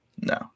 No